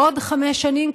עוד חמש שנים,